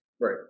Right